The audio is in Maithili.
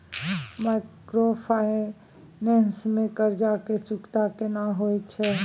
माइक्रोफाइनेंस में कर्ज के चुकता केना होयत छै?